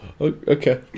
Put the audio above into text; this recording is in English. Okay